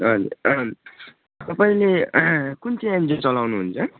तपाईँले कुन चाहिँ एनजिओ चलाउनुहुन्छ